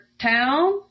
Town